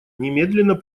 немедленно